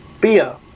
beer